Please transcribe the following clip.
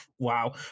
Wow